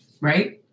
right